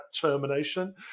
termination